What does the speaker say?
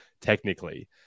technically